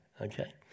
Okay